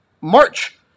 March